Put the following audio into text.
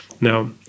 Now